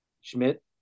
Schmidt